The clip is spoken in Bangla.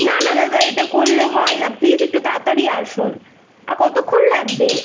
না না দাদা এটা করলে হয় না প্লিজ একটু তাড়াতাড়ি আসুন আর কতক্ষণ লাগবে